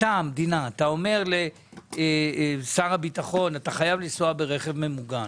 אתה המדינה אתה אומר לשר הביטחון אתה חייב לנסוע ברכב ממוגן,